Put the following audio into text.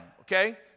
okay